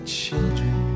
children